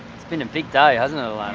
it's been a big day hasn't